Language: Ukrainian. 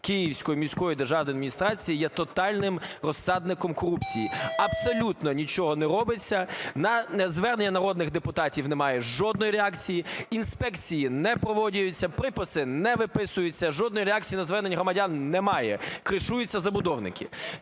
Київської міської державної адміністрації є тотальним розсадником корупції. Абсолютно нічого не робиться. На звернення народних депутатів немає жодної реакції. Інспекції не проводяться, приписи не виписуються, жодної реакції на звернення громадян немає, кришуються забудовники.